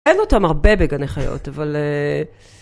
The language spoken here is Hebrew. אין אותם הרבה בגני חיות, אבל...